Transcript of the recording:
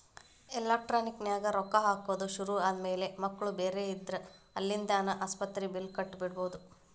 electronic ನ್ಯಾಗ ರೊಕ್ಕಾ ಹಾಕೊದ್ ಶುರು ಆದ್ಮ್ಯಾಲೆ ಮಕ್ಳು ಬ್ಯಾರೆ ಇದ್ರ ಅಲ್ಲಿಂದಾನ ಆಸ್ಪತ್ರಿ ಬಿಲ್ಲ್ ಕಟ ಬಿಡ್ಬೊದ್